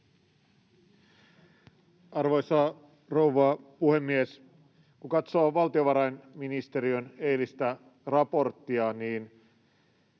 Arvoisa rouva puhemies! Kun katsoo valtiovarainministeriön eilistä raporttia, niin